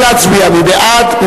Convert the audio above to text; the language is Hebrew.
נא להצביע, מי בעד?